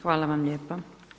Hvala vam lijepa.